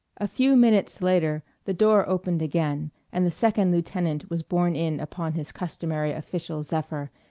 a few minutes later the door opened again and the second lieutenant was borne in upon his customary official zephyr,